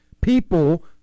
people